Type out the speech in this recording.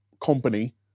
company